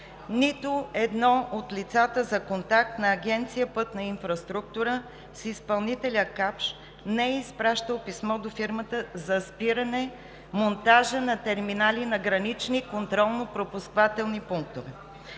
Нито едно от лицата за контакт на Агенция „Пътна инфраструктура“ с изпълнителя „Капш“ не е изпращало писмо до фирмата за спиране монтажа на терминали на гранични контролно-пропускателни пунктове.